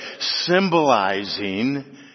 symbolizing